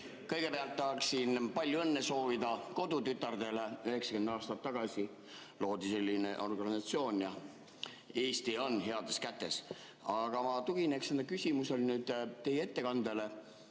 Kõigepealt tahaksin soovida palju õnne Kodutütardele, 90 aastat tagasi loodi selline organisatsioon. Eesti on heades kätes. Aga ma tugineks enda küsimuses teie ettekandele,